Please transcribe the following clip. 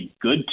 good